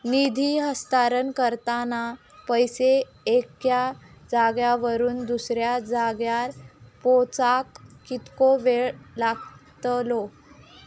निधी हस्तांतरण करताना पैसे एक्या जाग्यावरून दुसऱ्या जाग्यार पोचाक कितको वेळ लागतलो?